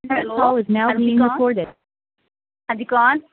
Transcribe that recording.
hello ਹਾਂਜੀ ਕੌਣ